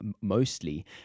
mostly